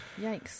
Yikes